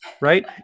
right